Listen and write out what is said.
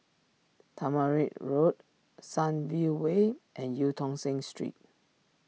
Tamarind Road Sunview Way and Eu Tong Sen Street